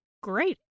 great